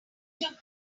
grandma